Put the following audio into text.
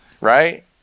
Right